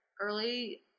early